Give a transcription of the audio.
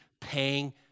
paying